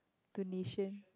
donation